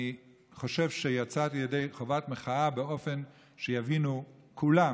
אני חושב שיצאתי ידי חובת מחאה באופן שיבינו כולם,